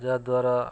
ଯାହା ଦ୍ଵାରା